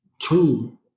True